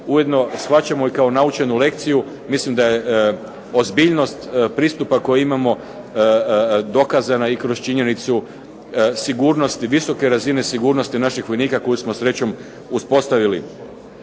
ujedno shvaćamo i kao naučenu lekciju. Mislim da je ozbiljnost pristupa koji imamo dokazana i kroz činjenicu visoke razine sigurnosti naših vojnika koju smo srećom uspostavili.